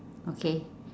okay